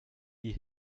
die